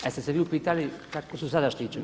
A jeste se vi upitali kako su sada štićeni?